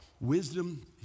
Wisdom